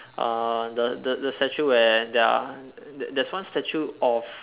uh the the the statue where there are there's one statue of